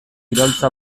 iraultza